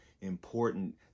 important